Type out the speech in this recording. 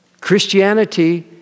Christianity